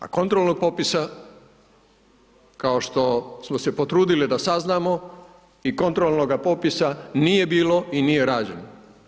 A kontrolnog popisa, kao što smo se potrudili da saznamo i kontrolnoga popisa nije bilo i nije rađeno.